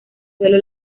suelo